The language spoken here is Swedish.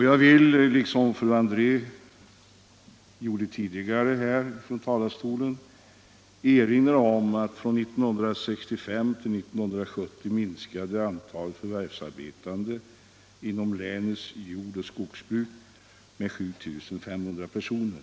Jag vill, liksom fru André tidigare gjorde, erinra om att från 1965 till 1970 minskade antalet förvärvsarbetande inom länets jord och skogsbruk med 7 500 personer.